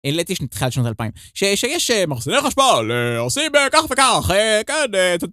תחילת שנות אלפיים. שיש מחסניי חשמל, עושים כך וכך, כאן את...